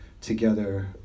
together